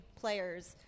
players